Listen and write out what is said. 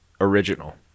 original